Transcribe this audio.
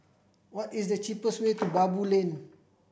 what is the cheapest way to Baboo Lane